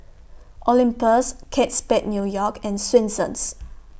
Olympus Kate Spade New York and Swensens